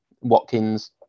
Watkins